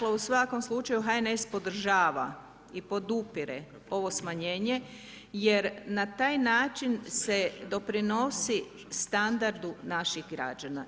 Tako u svakom slučaju HNS podržava i podupire ovo smanjenje, jer na taj način se doprinosi standardu naših građana.